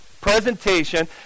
presentation